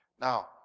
Now